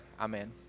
Amen